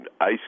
ice